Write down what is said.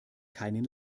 keinen